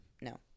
No